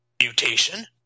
Mutation